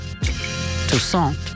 Toussaint